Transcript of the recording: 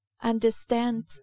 understand